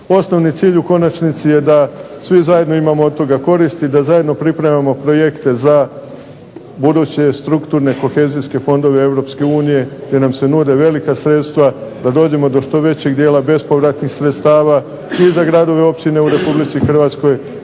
Osnovni cilj je u konačnici da svi zajedno imamo od toga koristi, da zajedno pripremao projekte za buduće strukturne kohezijske fondove EU gdje nam se nude velika sredstva, da dođemo do što većeg dijela bespovratnih sredstava i za gradove i općine u RH naravno